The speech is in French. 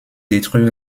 détruire